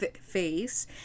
face